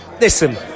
listen